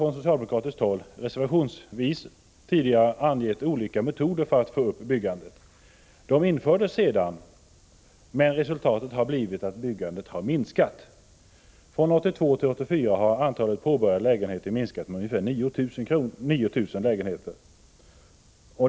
Från socialdemokratiskt håll hade man tidigare reservationsvis angett olika metoder för att få upp byggandet. Dessa metoder infördes sedan, men resultatet har blivit att byggandet har minskat. Från 1982 till 1984 har antalet påbörjade lägenheter minskat med ungefär 9 000.